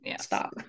stop